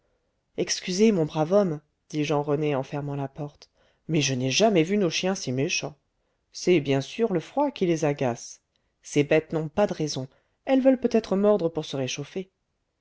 excusez mon brave homme dit jean rené en fermant la porte mais je n'ai jamais vu nos chiens si méchants c'est bien sûr le froid qui les agace ces bêtes n'ont pas de raison elles veulent peut-être mordre pour se réchauffer